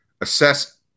Assess